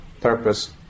purpose